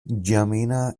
n’djamena